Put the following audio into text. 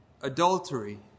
adultery